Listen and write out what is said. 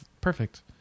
perfect